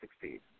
succeed